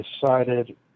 decided